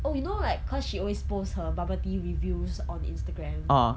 oh you know like cause she always post her bubble tea reviews on instagram or